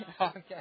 Okay